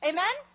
Amen